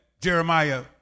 Jeremiah